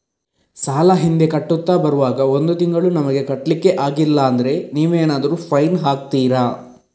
ಸಾಲ ಹಿಂದೆ ಕಟ್ಟುತ್ತಾ ಬರುವಾಗ ಒಂದು ತಿಂಗಳು ನಮಗೆ ಕಟ್ಲಿಕ್ಕೆ ಅಗ್ಲಿಲ್ಲಾದ್ರೆ ನೀವೇನಾದರೂ ಫೈನ್ ಹಾಕ್ತೀರಾ?